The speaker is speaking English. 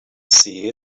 see